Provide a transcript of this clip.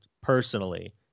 personally